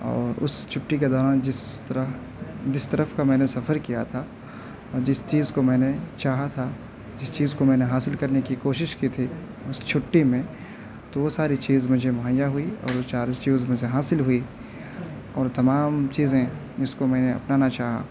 اور اس چھٹّی کے دوران جس طرح جس طرف کا میں نے سفر کیا تھا اور جس چیز کو میں نے چاہا تھا جس چیز کو میں نے حاصل کرنے کی کوشش کی تھی اس چھٹّی میں تو وہ ساری چیز مجھے مہیا ہوئی اور چار اس چیز میں سے حاصل ہوئی اور تمام چیزیں جس کو میں نے اپنانا چاہا